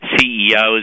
CEOs